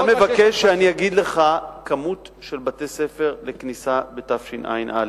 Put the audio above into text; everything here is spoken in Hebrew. אתה מבקש שאני אגיד לך מספר של בתי-ספר לכניסה בתשע"א.